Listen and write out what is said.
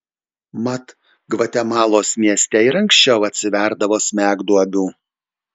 mat gvatemalos mieste ir anksčiau atsiverdavo smegduobių